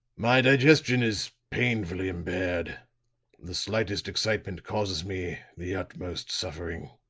my digestion is painfully impaired the slightest excitement causes me the utmost suffering.